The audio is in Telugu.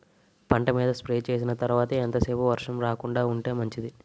పంట మీద స్ప్రే చేసిన తర్వాత ఎంత సేపు వర్షం రాకుండ ఉంటే మంచిది?